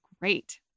great